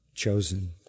chosen